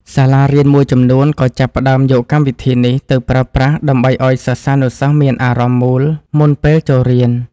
សាលារៀនមួយចំនួនក៏ចាប់ផ្តើមយកកម្មវិធីនេះទៅប្រើប្រាស់ដើម្បីឱ្យសិស្សានុសិស្សមានអារម្មណ៍មូលមុនពេលចូលរៀន។